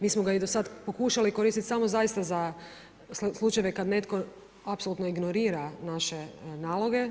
Mi smo ga i do sad pokušali koristiti samo zaista za slučajeve kad netko apsolutno ignorira naše naloge.